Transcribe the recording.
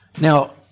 now